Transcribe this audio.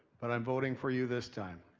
but i'm voting for you this time.